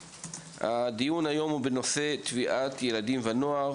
הדיון היום הוא בנושא טביעת ילדים ונוער.